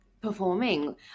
performing